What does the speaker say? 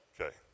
Okay